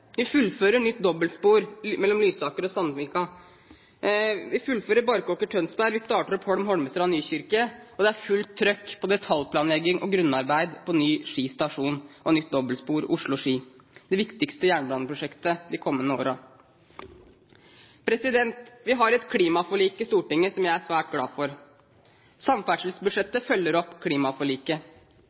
Vi fullfører nytt dobbeltspor mellom Lysaker og Sandvika. Vi fullfører Barkåker–Tønsberg, vi starter opp Holm–Holmestrand–Nykirke, og det er fullt trykk på detaljplanlegging og grunnarbeid på ny Ski stasjon og nytt dobbeltspor Oslo–Ski, det viktigste jernbaneprosjektet de kommende årene. Vi har et klimaforlik i Stortinget som jeg er svært glad for. Samferdselsbudsjettet følger opp klimaforliket.